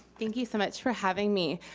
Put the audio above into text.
thank you so much for having me.